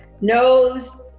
knows